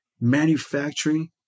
manufacturing